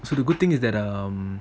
so the good thing is that um